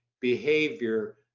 behavior